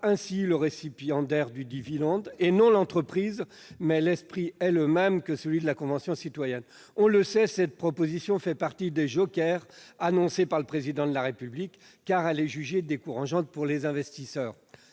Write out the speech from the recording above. ainsi le récipiendaire du dividende, et non l'entreprise, mais l'esprit est le même que celui de la mesure portée par la Convention citoyenne. On le sait, cette proposition fait partie des jokers annoncés par le Président de la République, car elle est jugée décourageante pour les investisseurs.